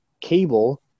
cable